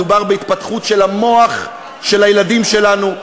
מדובר בהתפתחות של המוח של הילדים שלנו,